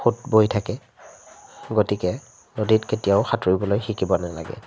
সোঁত বৈ থাকে গতিকে নদীত কেতিয়াও সাঁতুৰিবলৈ শিকিব নালাগে